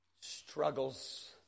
struggles